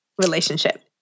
relationship